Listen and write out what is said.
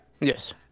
Yes